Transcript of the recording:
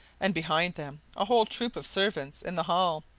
and behind them a whole troop of servants in the hall,